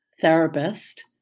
therapist